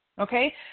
okay